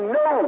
no